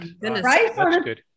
right